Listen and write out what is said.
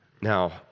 Now